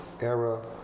era